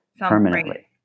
permanently